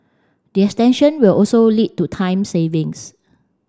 the extension will also lead to time savings